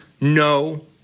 no